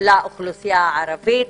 לאוכלוסייה הערבית.